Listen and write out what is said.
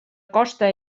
costa